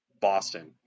Boston